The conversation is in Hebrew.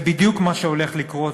זה בדיוק מה שהולך לקרות